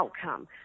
outcome